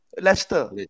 Leicester